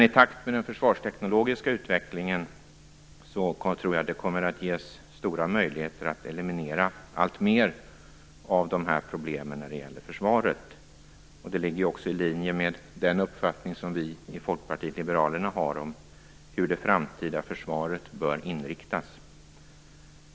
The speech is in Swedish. I takt med den försvarsteknologiska utvecklingen kommer det att ges stora möjligheter att eliminera alltmer av problemen när det gäller försvaret. Det ligger också i linje med den uppfattning som vi i Folkpartiet liberalerna har om hur det framtida försvaret bör inriktas.